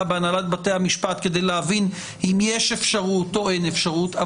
בהנהלת בתי המשפט כדי להבין אם יש אפשרות או אין אפשרות.